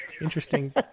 interesting